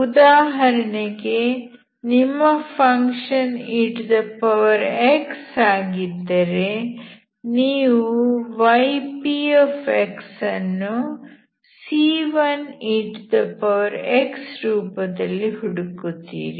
ಉದಾಹರಣೆಗೆ ನಿಮ್ಮ function ex ಆಗಿದ್ದರೆ ನೀವು ypxc1ex ರೂಪದಲ್ಲಿ ಹುಡುಕುತ್ತೀರಿ